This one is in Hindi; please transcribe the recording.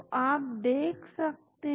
तो आप देख सकते हैं